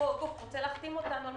הוא רוצה להחתים אותם,